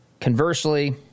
Conversely